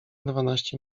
dwanaście